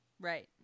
Right